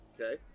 Okay